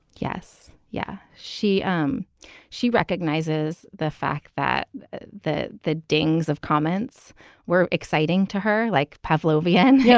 yes. yeah, she. um she recognizes the fact that the the ding's of comments were exciting to her. like pavlovian. yeah